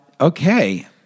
Okay